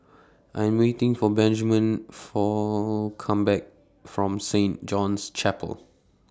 I Am waiting For Benjman For Come Back from Saint John's Chapel